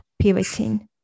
pivoting